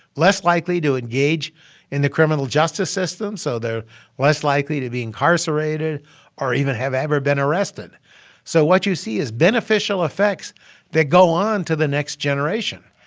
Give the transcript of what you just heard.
less likely to engage in the criminal justice system, so they're less likely to be incarcerated or even have ever been arrested so what you see is beneficial effects that go on to the next generation.